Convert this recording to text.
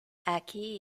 aquí